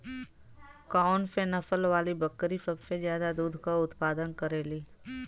कौन से नसल वाली बकरी सबसे ज्यादा दूध क उतपादन करेली?